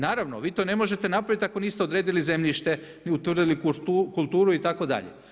Naravno, vi to ne možete napraviti ako niste odredili zemljište i utvrdili kulturu itd.